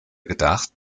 gedacht